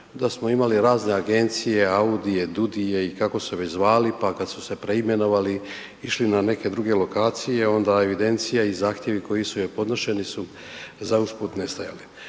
da smo imali razne agencije, audije, DUDI-je i kako su se već zvali pa kad su se preimenovali, išli na neke druge lokacije, onda evidencija i zahtjevi koji su je podnošeni su za usput nestajali.